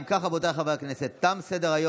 אם כך, רבותיי חברי הכנסת, תם סדר-היום.